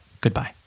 Goodbye